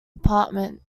apartment